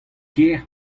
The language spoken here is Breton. kaer